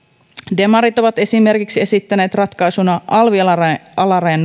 demarit ovat esimerkiksi esittäneet ratkaisuna alvi alarajan alarajan